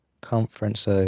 Conference